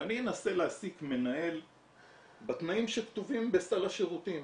ואני אנסה להעסיק מנהל בתנאים שכתובים בסל השירותים.